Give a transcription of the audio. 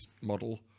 model